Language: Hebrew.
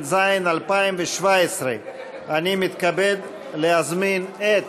התשע"ז 2017. אני מתכבד להזמין את